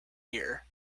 here